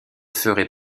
ferai